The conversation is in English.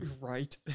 Right